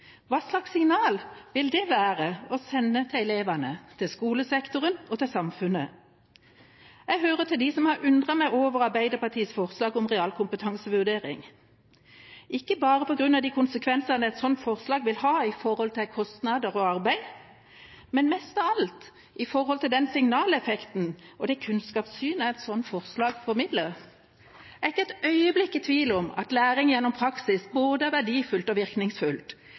Hva slags signal vil det være å sende til elevene, skolesektoren og samfunnet? Jeg hører til dem som har undret seg over Arbeiderpartiets forslag om realkompetansevurdering – ikke bare på grunn av de konsekvensene et sånt forslag vil ha når det gjelder kostnader og arbeid, men mest av alt når det gjelder den signaleffekten og det kunnskapssynet et sånt forslag formidler. Jeg er ikke et øyeblikk i tvil om at læring gjennom praksis er både verdifullt og virkningsfullt,